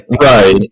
Right